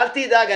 אל תדאג.